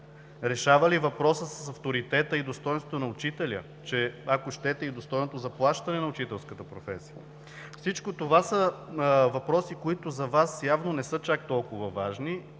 Решава ли въпроса с авторитета и достойнството на учителя, ако щете и достойното заплащане на учителската професия? Всичко това са въпроси, които за Вас явно не са чак толкова важни